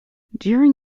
during